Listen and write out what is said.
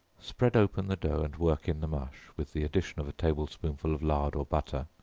spread open the dough and work in the mush, with the addition of a table-spoonful of lard or butter,